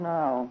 now